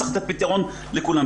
צריך לתת פתרון לכולם.